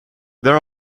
there